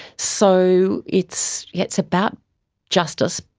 so it's yeah it's about justice,